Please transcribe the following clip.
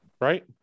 right